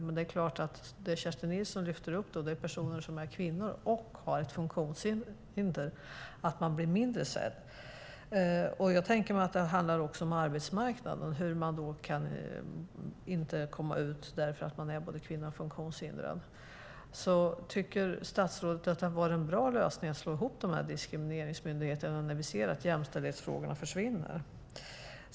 Men det är klart att det Kerstin Nilsson lyfter upp är personer som är kvinnor och har ett funktionshinder, att de blir mindre sedda. Jag tänker mig att det också handlar om arbetsmarknaden och hur man inte kan komma ut därför att man är både kvinna och funktionshindrad. Tycker statsrådet att det har varit en bra lösning att slå ihop de här diskrimineringsmyndigheterna, när vi ser att jämställdhetsfrågorna försvinner?